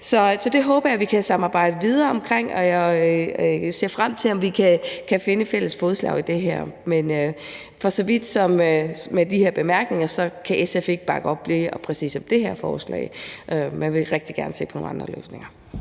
Så det håber jeg vi kan samarbejde videre om, og jeg ser frem til at se, om vi kan finde fælles fodslag i det her. Med de her bemærkninger kan SF ikke bakke op om lige præcis det her forslag, men vil rigtig gerne se på nogle andre løsninger.